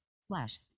slash